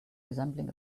resembling